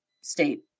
State